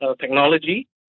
technology